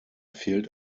fehlt